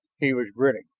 he was grinning.